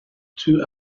two